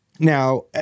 Now